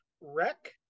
Wreck